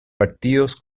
partidos